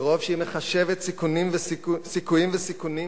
מרוב שהיא מחשבת סיכויים וסיכונים